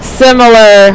similar